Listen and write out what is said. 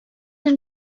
him